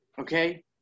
Okay